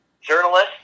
journalist